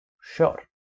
Sure